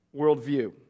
worldview